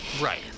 Right